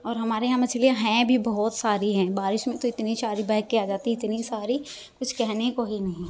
और हमारे यहाँ मछलियां हैं भी बहुत सारी हैं बारिश में तो इतनी सारी बह के आ जाती हैं इतनी सारी कुछ कहने को भी नहीं